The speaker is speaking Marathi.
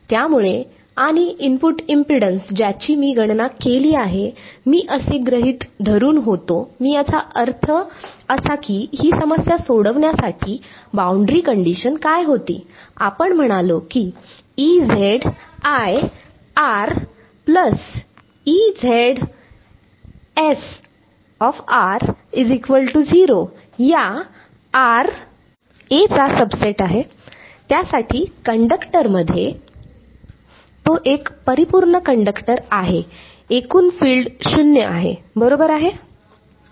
त्यामुळे आणि इनपुट इम्पेडन्स ज्याची मी गणना केली आहे मी गृहीत धरून होतो मी याचा अर्थ असा की ही समस्या सोडविण्यासाठी बाउंड्री कंडिशनकाय होती आपण म्हणालो की यासाठी कंडक्टर मध्ये तो एक परिपूर्ण कंडक्टर आहे एकूण फील्ड 0 बरोबर आहे